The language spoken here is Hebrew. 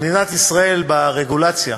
במדינת ישראל, ברגולציה,